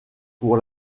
pour